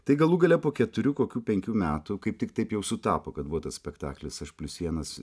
tai galų gale po keturių kokių penkių metų kaip tik taip jau sutapo kad buvo tas spektaklis aš plius vienas